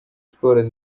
sport